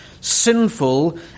sinful